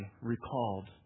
recalled